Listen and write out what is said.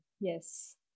yes